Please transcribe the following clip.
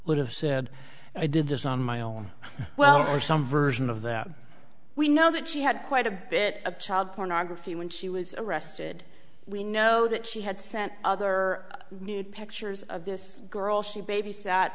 would have said i did this on my own wealth or some version of that we know that she had quite a bit of child pornography when she was arrested we know that she had sent other new pictures of this girl she babysat